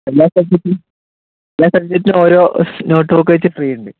എല്ലാ സബ്ജക്റ്റിനും എല്ലാ സബ്ജക്റ്റിനും ഓരോ നോട്ട് ബുക്ക് വച്ചിട്ടു ഫ്രീ ഉണ്ട്